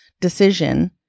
decision